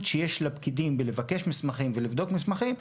שיש לפקידים בלבקש מסמכים ובלבדוק מסמכים.